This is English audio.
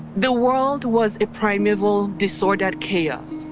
the world was a primeval, disordered chaos.